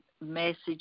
message